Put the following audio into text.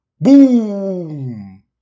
Boom